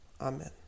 Amen